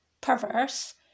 perverse